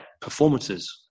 performances